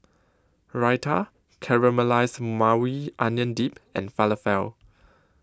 Raita Caramelized Maui Onion Dip and Falafel